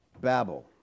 Babel